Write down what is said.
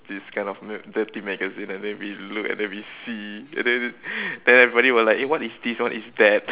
this kind of dirty magazine and then we look and then we see and then then everybody will like eh what is this what is that